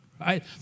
Right